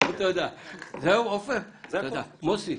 יש לי